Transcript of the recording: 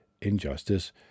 injustice